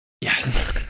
Yes